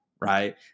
Right